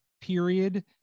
period